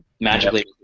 magically